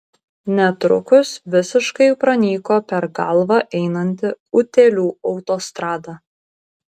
netrukus visiškai pranyko per galvą einanti utėlių autostrada